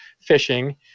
fishing